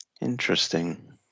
Interesting